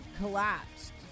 collapsed